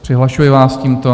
Přihlašuji vás tímto.